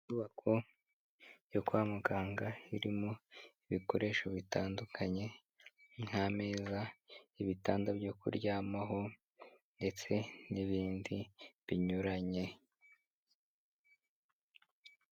Inyubako yo kwa muganga irimo ibikoresho bitandukanye nk'ameza, ibitanda byo kuryamaho ndetse n'ibindi binyuranye.